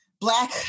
black